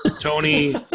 Tony